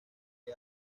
que